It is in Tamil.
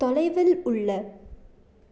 தொலைவில் உள்ள